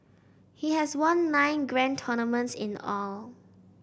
he has won nine grand tournaments in all